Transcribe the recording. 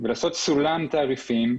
סולם תעריפים,